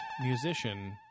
musician